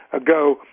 ago